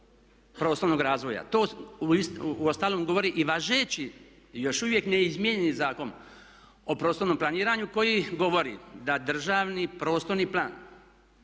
prostornog razvoja. To u ostalom govori i važeći, još uvijek ne izmijenjeni Zakon o prostornom planiranju koji govori da državni prostorni plan